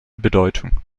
bedeutung